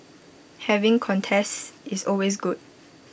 having contests is always good